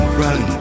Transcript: run